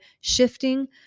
shifting